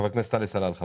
חבר הכנסת עלי סלאלחה.